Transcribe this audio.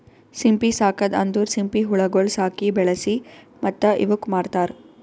ಸಿಂಪಿ ಸಾಕದ್ ಅಂದುರ್ ಸಿಂಪಿ ಹುಳಗೊಳ್ ಸಾಕಿ, ಬೆಳಿಸಿ ಮತ್ತ ಇವುಕ್ ಮಾರ್ತಾರ್